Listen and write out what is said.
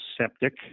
septic